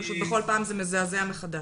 פשוט בכל פעם זה מזעזע מחדש.